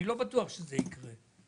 אני לא בטוח שזה יקרה,